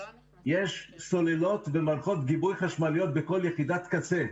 יש סוללות במערכות גיבוי חשמליות בכל יחידת קצה.